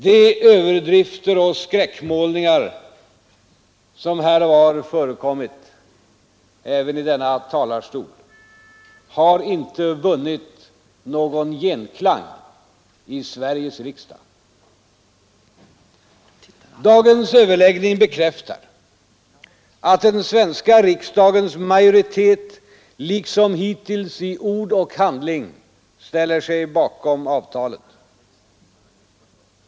De överdrifter och skräckmålningar som här och var förekommit — även i denna talarstol — har inte vunnit någon genklang i Sveriges riksdag. Dagens överläggning bekräftar att den svenska riksdagens majoritet liksom hittills i ord och handling ställer sig bakom avtalet.